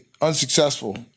unsuccessful